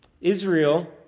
Israel